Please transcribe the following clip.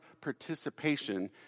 participation